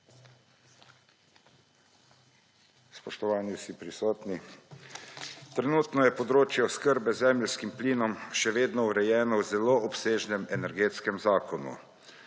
Spoštovani vsi prisotni! Trenutno je področje oskrbe z zemeljskim plinom še vedno urejeno v zelo obsežnem Energetskem zakonu.